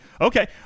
Okay